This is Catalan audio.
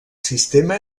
sistema